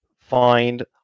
find